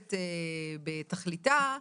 מבורכת בתכליתה.